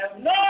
no